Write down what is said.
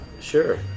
Sure